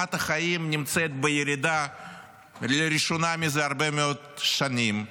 רמת החיים נמצאת בירידה לראשונה מזה הרבה מאוד שנים,